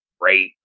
great